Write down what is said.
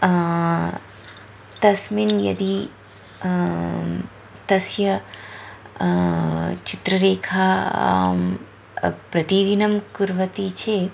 तस्मिन् यदि तस्य चित्रलेखा प्रतिदिनं कुर्वति चेत्